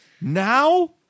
Now